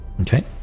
Okay